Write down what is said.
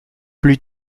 plus